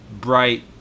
bright